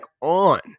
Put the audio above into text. on